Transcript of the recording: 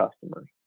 customers